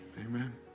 Amen